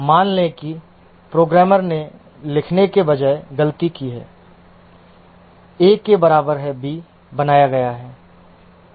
मान लें कि प्रोग्रामर ने लिखने के बजाय गलती की है a के बराबर है b बनाया गया है